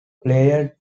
player